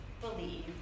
believe